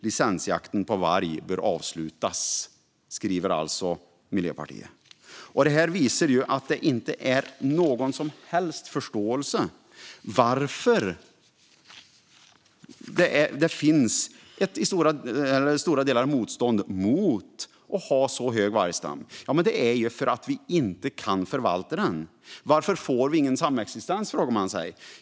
Licensjakten på varg bör avslutas." Så skriver Miljöpartiet. Det här visar att det inte finns någon som helst förståelse för anledningen till att det till stora delar finns ett motstånd mot att ha en så stor vargstam, nämligen att vi inte kan förvalta den. Varför får vi ingen samexistens? frågar man sig.